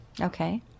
Okay